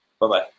Bye-bye